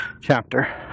chapter